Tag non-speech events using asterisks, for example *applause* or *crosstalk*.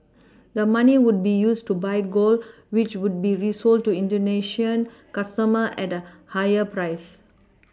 *noise* the money would be used to buy gold which would be resold to indonesian customers at a higher price